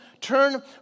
turn